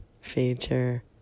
feature